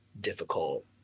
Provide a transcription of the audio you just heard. difficult